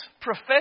profess